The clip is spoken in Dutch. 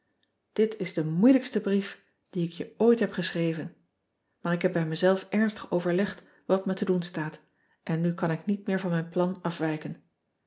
it is de moeilijkste brief dien ik je ooit heb geschreven maar ik heb bij mezelf ernstig overlegd wat me te doen staat en nu kan ik niet meer van mijn plan afwijken